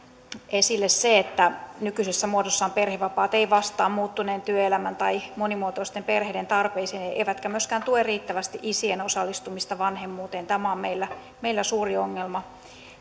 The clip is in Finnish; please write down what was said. esille se että nykyisessä muodossaan perhevapaat eivät vastaa muuttuneen työelämän tai monimuotoisten perheiden tarpeisiin eivätkä myöskään tue riittävästi isien osallistumista vanhemmuuteen tämä on meillä meillä suuri ongelma